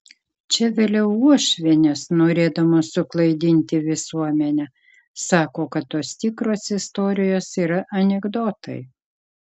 čia vėliau uošvienės norėdamos suklaidinti visuomenę sako kad tos tikros istorijos yra anekdotai